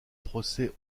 procès